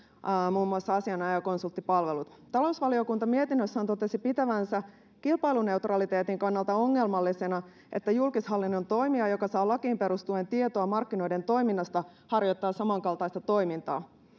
muun muassa asianajajakonsulttipalvelut talousvaliokunta mietinnössään totesi pitävänsä kilpailuneutraliteetin kannalta ongelmallisena että julkishallinnon toimija joka saa lakiin perustuen tietoa markkinoiden toiminnasta harjoittaa samankaltaista toimintaa